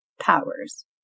powers